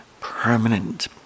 permanent